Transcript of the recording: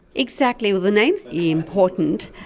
exactly. well the name is important.